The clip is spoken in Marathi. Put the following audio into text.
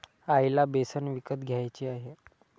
आईला बेसन विकत घ्यायचे आहे